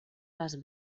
les